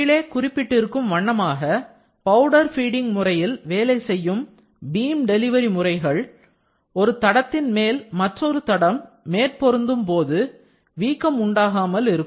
கீழே குறிப்பிடப்பட்டிருக்கும் வண்ணமாக பவுடர் பீடிங் முறையில் வேலை செய்யும் பீம் டெலிவரி முறைகள் ஒரு தடத்தின் மேல் மற்றொரு தடம் மேற் பொருந்தும் போது வீக்கம் உண்டாகாமல் இருக்கும்